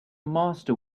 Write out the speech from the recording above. master